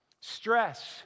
Stress